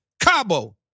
Cabo